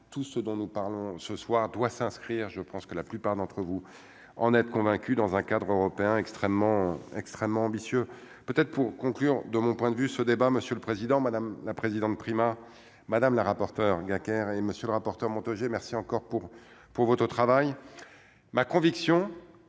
tout ce dont nous parlons ce soir doit s'inscrire, je pense que la plupart d'entre vous en êtes convaincu dans un cadre européen extrêmement, extrêmement ambitieux, peut-être pour conclure, de mon point de vue, ce débat, monsieur le président, madame la présidente, Prima madame la rapporteure, quinquer et monsieur le rapporteur Montaugé merci encore pour pour votre travail,